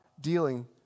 dealing